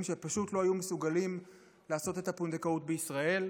שפשוט לא היו מסוגלים לעשות את הפונדקאות בישראל,